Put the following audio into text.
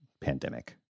pandemic